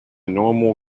normal